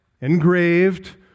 engraved